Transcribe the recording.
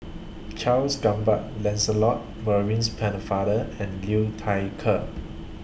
Charles Gamba Lancelot Maurice Pennefather and Liu Thai Ker